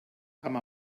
amb